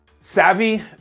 savvy